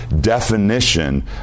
definition